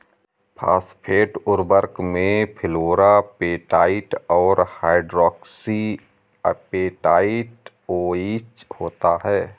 phosphate उर्वरक में fluorapatite और हाइड्रोक्सी एपेटाइट ओएच होता है